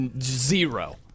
Zero